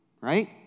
right